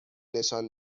نشان